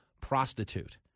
prostitute